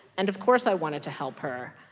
and, of course, i wanted to help her.